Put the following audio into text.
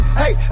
hey